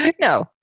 No